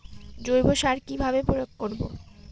জৈব সার কি ভাবে প্রয়োগ করব?